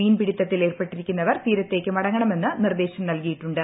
മീൻപിടുത്തത്തിലേർപ്പെട്ടിരിക്കുന്നവർ തീരത്തേക്ക് മടങ്ങണമെന്ന് നിർദ്ദേശം നൽകിയിട്ടുണ്ട്